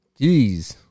Jeez